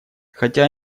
хотя